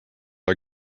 are